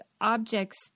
objects